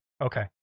Okay